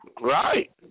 Right